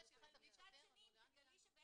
--- יש פה